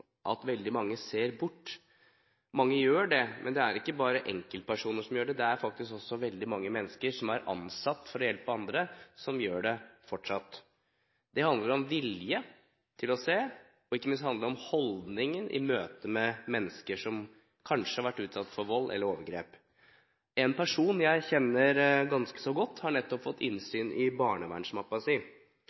at veldig mange ser bort. Mange gjør det, men det er ikke bare enkeltpersoner som gjør det, det er faktisk også veldig mange mennesker som er ansatt for å hjelpe andre, som gjør det fortsatt. Det handler om vilje til å se, og ikke minst handler det om holdningen i møte med mennesker som kanskje har vært utsatt for vold eller overgrep. En person jeg kjenner ganske godt, har nettopp fått innsyn i